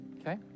Okay